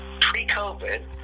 pre-COVID